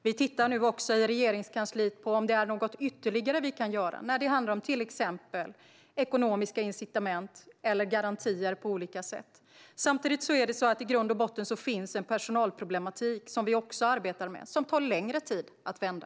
Vi tittar nu också i Regeringskansliet på om det finns något ytterligare vi kan göra när det handlar om till exempel ekonomiska incitament eller garantier på olika sätt. Samtidigt finns det i grund och botten en personalproblematik, som vi också arbetar med men som tar längre tid att vända.